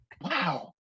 Wow